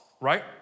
right